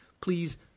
please